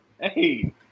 Hey